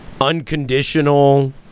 unconditional